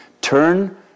turn